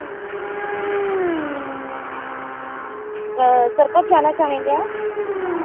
sir कब जाना चाहेंगे आप